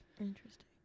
Interesting